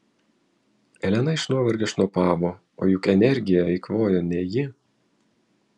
elena iš nuovargio šnopavo o juk energiją eikvojo ne ji